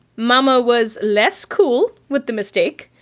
mama was less cool with the mistake.